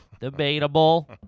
Debatable